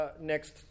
next